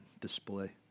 display